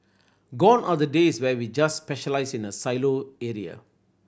gone are the days where we just specialise in a silo area